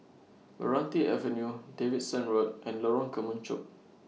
Meranti Avenue Davidson Road and Lorong Kemunchup